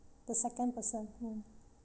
the second person mm